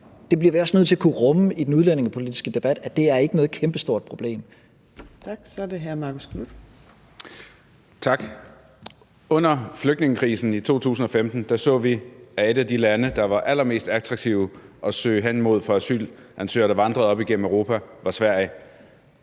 Vi bliver også nødt til at kunne rumme i den udlændingepolitiske debat, at det ikke er noget kæmpestort problem. Kl. 15:58 Fjerde næstformand (Trine Torp): Tak. Så er det hr. Marcus Knuth. Kl. 15:58 Marcus Knuth (KF): Tak. Under flygtningekrisen i 2015 så vi, at et af de lande, der var allermest attraktive at søge hen imod for asylansøgere, der vandrede op igennem Europa, var Sverige.